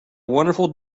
wonderful